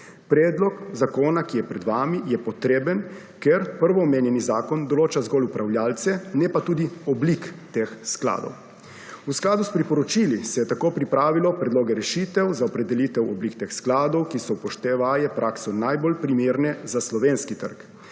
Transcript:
Predlog zakona, ki je pred vami, je potreben, ker, prvo omenjeni zakon določa zgolj upravljalce, ne pa tudi oblik teh skladov. V skladu s priporočili se je tako pripravilo predloge rešitev za opredelitev oblik teh skladov, ki so upoštevaje prakso, najbolj primerne za slovenski trg.